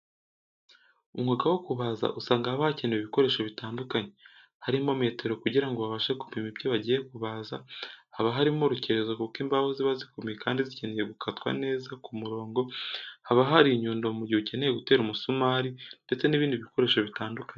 Umwuga wo kubaza usanga haba hakenewe ibikoresho bitandukanye, harimo metero kugira ngo babashe gupima ibyo bagiye kubaza, haba harimo urukerezo kuko imbaho ziba zikomeye kandi zikeneye gukatwa neza ku murongo, haba hari inyundo mugihe ukeneye gutera umusumari, ndetse n'ibindi bikoresho bitandukanye.